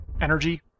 energy